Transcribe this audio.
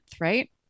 right